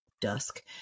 dusk